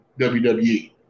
WWE